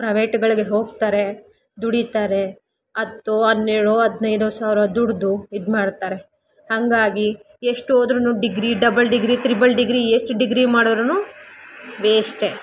ಪ್ರವೇಟ್ಗಳಿಗೆ ಹೋಗ್ತಾರೆ ದುಡೀತಾರೆ ಹತ್ತೊ ಹದ್ನೇಳೊ ಹದ್ನೈದೋ ಸಾವಿರ ದುಡ್ದು ಇದು ಮಾಡ್ತಾರೆ ಹಾಗಾಗಿ ಎಷ್ಟು ಓದಿದ್ರುನೂ degree double degree triple degree ಎಷ್ಟು ಡಿಗ್ರಿ ಮಾಡಿದ್ರುನೂ ವೇಷ್ಟೆ